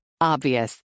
Obvious